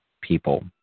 people